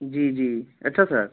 जी जी अच्छा सर